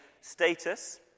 status